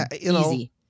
easy